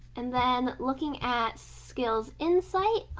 and then looking at skills insight,